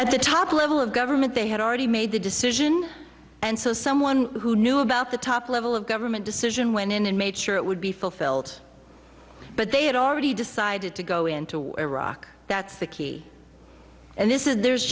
at the top level of government they had already made the decision and so someone who knew about the top level of government decision went in and made sure it would be fulfilled but they had already decided to go into iraq that's the key and this is there's